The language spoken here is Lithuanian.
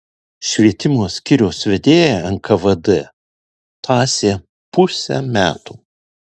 švietimo skyriaus vedėją nkvd tąsė pusę metų